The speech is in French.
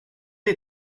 des